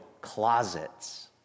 closets